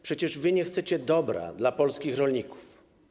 Przecież wy nie chcecie dobra dla polskich rolników.